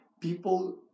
people